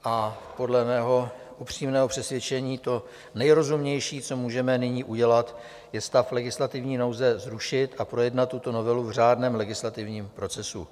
A podle mého upřímného přesvědčení to nejrozumnější, co můžeme nyní udělat, je stav legislativní nouze zrušit a projednat tuto novelu v řádném legislativním procesu.